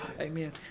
Amen